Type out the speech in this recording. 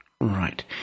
Right